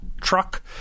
truck